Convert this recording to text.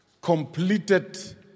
completed